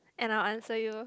and I'll answer you